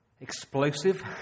explosive